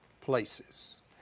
places